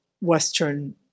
Western